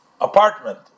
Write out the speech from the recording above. apartment